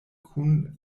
kun